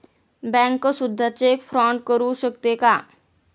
Bank सुद्धा cheque fraud करू शकते का?